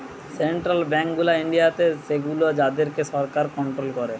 central bank গুলা ইন্ডিয়াতে সেগুলো যাদের কে সরকার কন্ট্রোল করে